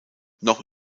noch